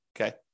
Okay